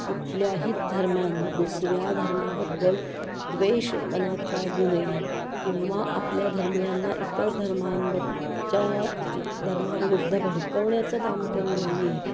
कुठल्याही धर्मानं दुसऱ्या धर्माबद्दल द्वेष मनात बाळगू नये किंवा आपल्या धर्मियांना इतर धर्मांबच्या धर्माविरुद्ध भडकवण्याचं काम करू नये